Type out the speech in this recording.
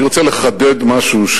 אני רוצה לחדד משהו,